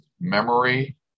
memory